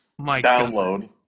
download